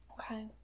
Okay